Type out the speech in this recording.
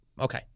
Okay